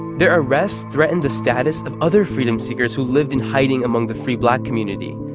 their arrest threatened the status of other freedom-seekers who lived in hiding among the free black community,